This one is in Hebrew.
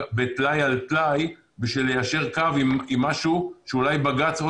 טלאי על טלאי בשביל ליישר קו עם משהו שאולי בעוד